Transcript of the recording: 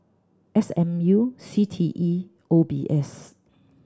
S M U C T E O B S